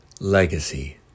legacy